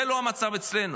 זה לא המצב אצלנו,